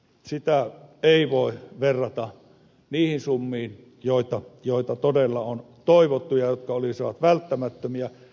sitä ei voi verrata niihin summiin joita todella on toivottu ja jotka olisivat välttämättömiä